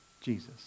Jesus